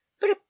But